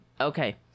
okay